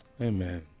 amen